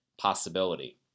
possibility